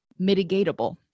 mitigatable